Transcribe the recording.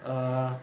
err